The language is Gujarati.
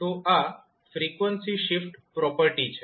તો આ ફ્રીક્વન્સી શિફ્ટ પ્રોપર્ટી છે